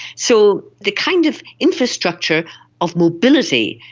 so the kind of infrastructure of mobility,